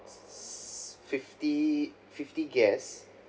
fifty fifty guests